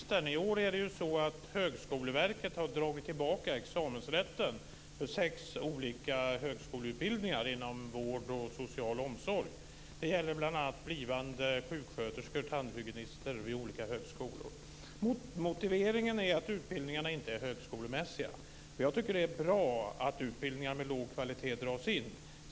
Fru talman! Jag har en fråga till utbildningsministern. I år har Högskoleverket dragit tillbaka examensrätten för sex olika högskoleutbildningar inom vård och social omsorg. Det gäller bl.a. blivande sjuksköterskor och tandhygienister vid olika högskolor. Motiveringen är att utbildningarna inte är högskolemässiga. Jag tycker att det är bra att utbildningar med låg kvalitet dras in.